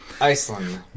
Iceland